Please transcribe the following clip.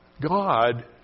God